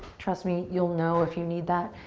trust me, you'll know if you need that,